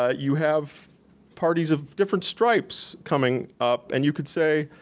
ah you have parties of different stripes coming up and you could say